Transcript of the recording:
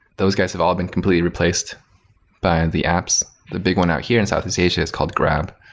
those guys have all been completely replaced by and the apps. the big one out here in southeast asia is called grab,